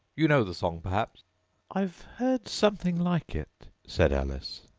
you know the song, perhaps i've heard something like it said alice.